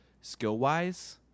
skill-wise